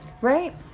Right